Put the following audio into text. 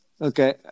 Okay